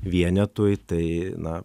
vienetui tai na